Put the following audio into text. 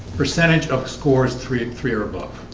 percentage of scores three eight three or above